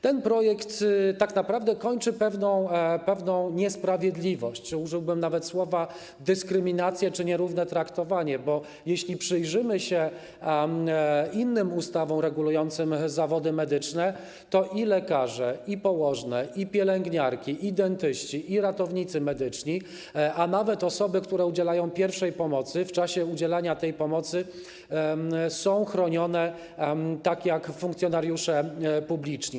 Ten projekt tak naprawdę kończy pewną niesprawiedliwość, użyłbym nawet słów ˝dyskryminację˝ czy ˝nierówne traktowanie˝, bo jeśli przyjrzymy się innym ustawom regulującym zawody medyczne, to i lekarze, i położone, i pielęgniarki, i dentyści, i ratownicy medyczni, a nawet osoby, które udzielają pierwszej pomocy, w czasie udzielania tej pomocy są chronieni tak jak funkcjonariusze publiczni.